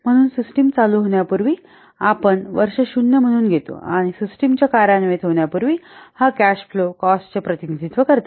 म्हणून सिस्टम चालू होण्यापूर्वी आपण वर्ष 0 म्हणून घेतो आणि सिस्टमच्या कार्यान्वित होण्यापूर्वी हा कॅश फ्लो कॉस्टचे प्रतिनिधित्व करते